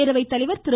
பேரவை தலைவர் திரு